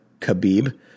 Khabib